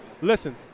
listen